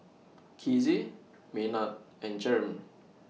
Kizzy Maynard and Jereme